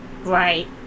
Right